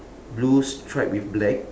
blue strap with black